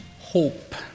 Hope